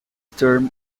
term